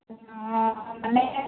অঁ মানে